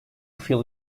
fill